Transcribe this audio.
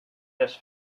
just